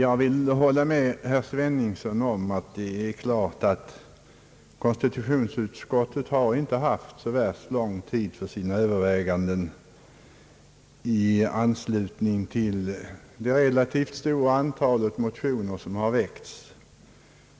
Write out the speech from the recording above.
Jag vill hålla med herr Sveningsson om att konstitutionsutskottet inte har haft så värst lång tid för sina överväganden i anslutning till det relativt stora antal motioner som har väckts.